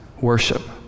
worship